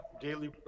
daily